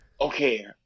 Okay